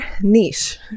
niche